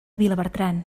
vilabertran